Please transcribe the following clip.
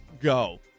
go